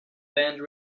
band